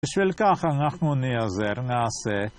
בשביל ככה אנחנו נעזר, נעשה.